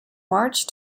march